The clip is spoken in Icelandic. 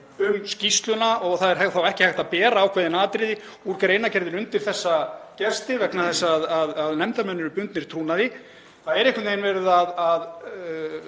um skýrsluna og það er ekki hægt að bera ákveðin atriði úr greinargerðinni undir þessa gesti vegna þess að nefndarmenn eru bundnir trúnaði? Það er einhvern veginn verið að